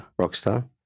Rockstar